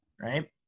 right